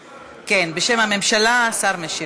כן, בשם הממשלה השר משיב.